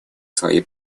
свои